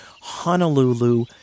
Honolulu